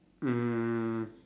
um